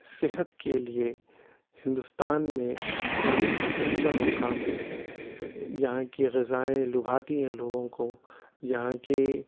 صحت کے لیے ہندوستان میں کافی پسندیدہ مقام ہے یہاں کی غذائیں لبھاتی ہیں لوگوں کو یہاں کی